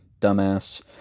dumbass